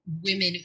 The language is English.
women